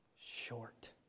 short